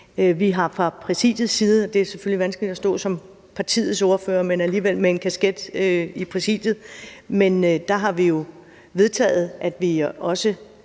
Vi har fra Præsidiets side – og det er selvfølgelig vanskeligt at stå her som mit partis ordfører, men alligevel med en kasket på fra Præsidiet – vedtaget, at vi også